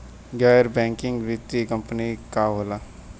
गैर बैकिंग वित्तीय कंपनी का होला?